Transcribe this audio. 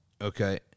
okay